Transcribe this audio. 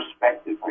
perspective